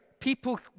people